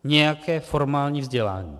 Nějaké formální vzdělání.